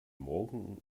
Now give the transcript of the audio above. morgen